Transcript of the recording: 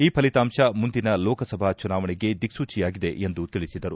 ಈ ಫಲಿತಾಂಶ ಮುಂದಿನ ಲೋಕಸಭಾ ಚುನಾವಣೆಗೆ ದಿಕ್ಸೂಚಿಯಾಗಿದೆ ಎಂದು ತಿಳಿಸಿದರು